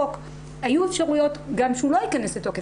היו אפשרויות שגם הוא לא ייכנס לתוקף.